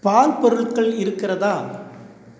பால் பொருட்கள் இருக்கிறதா